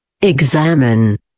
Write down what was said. Examine